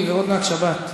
זה לא בגלל שאין כסף.